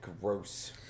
Gross